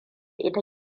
ita